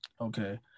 Okay